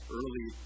early